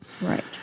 Right